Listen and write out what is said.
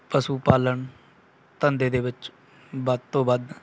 ਪਸ਼ੂ ਪਾਲਣ ਧੰਦੇ ਦੇ ਵਿੱਚ ਵੱਧ ਤੋਂ ਵੱਧ